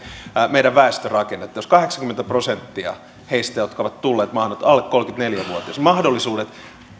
meidän väestörakennettamme jos kahdeksankymmentä prosenttia heistä jotka ovat tulleet maahan ovat nyt alle kolmekymmentäneljä vuotiaita mahdollisuudet